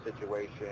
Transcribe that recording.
situation